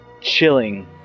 chilling